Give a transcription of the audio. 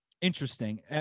Interesting